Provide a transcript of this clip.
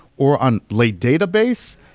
or on late database?